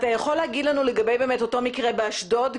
האם אתה יכול להגיד לנו לגבי המקרה באשדוד?